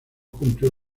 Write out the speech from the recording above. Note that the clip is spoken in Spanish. cumplió